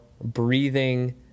breathing